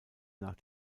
nach